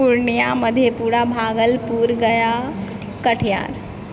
Purnia Madhepura Bhagalpur Gaya Katihar